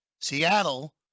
Seattle